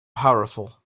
powerful